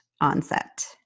onset